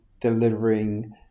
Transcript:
delivering